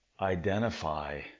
identify